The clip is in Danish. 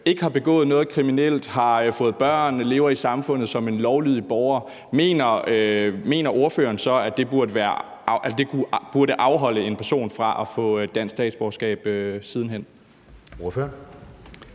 ikke har begået noget kriminelt – har fået børn, lever i samfundet som en lovlydig borger – mener ordføreren så, at det burde afholde personen fra at få dansk statsborgerskab siden hen?